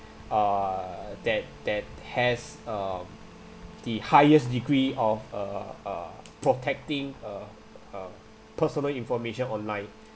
uh that that has um the highest degree of uh uh protecting uh uh personal information online